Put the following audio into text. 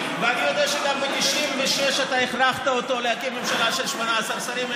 ואני יודע שגם ב-1996 אתה הכרחת אותו להקים ממשלה של 18 שרים,